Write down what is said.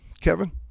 kevin